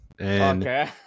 Okay